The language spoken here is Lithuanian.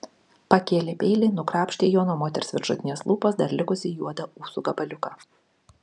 pakėlė peilį nukrapštė juo nuo moters viršutinės lūpos dar likusį juodą ūsų gabaliuką